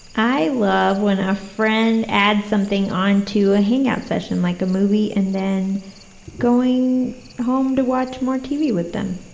i love when a friend adds something onto ah hangout session like a movie and then going home to watch more tv with them.